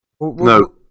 No